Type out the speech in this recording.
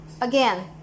again